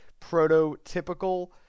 prototypical